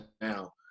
now